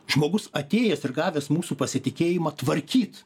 žmogus atėjęs ir gavęs mūsų pasitikėjimą tvarkyt